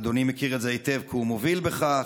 אדוני מכיר את זה היטב כי הוא מוביל בכך,